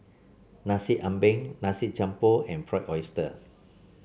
Nasi Ambeng Nasi Campur and Fried Oyster